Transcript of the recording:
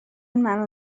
منو